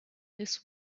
this